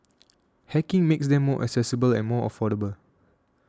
hacking makes them more accessible and more affordable